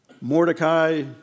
Mordecai